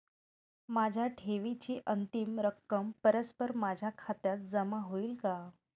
माझ्या ठेवीची अंतिम रक्कम परस्पर माझ्या खात्यात जमा होईल का?